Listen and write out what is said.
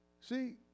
See